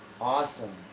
Awesome